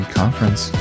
conference